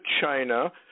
China